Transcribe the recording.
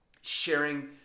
sharing